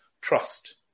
trust